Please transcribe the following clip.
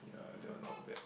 yeah that one not bad